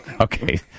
Okay